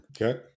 Okay